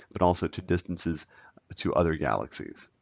but also to distances to other galaxies.